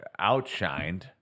Outshined